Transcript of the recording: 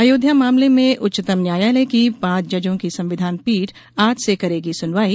अयोध्या मामलें में उच्चतम न्यायालय की पांच जजों की संविधान पीठ आज से करेगी सुनवाई